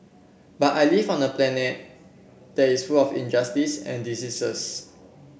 but I live on a planet that is full of injustice and diseases